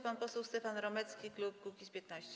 Pan poseł Stefan Romecki, klub Kukiz’15.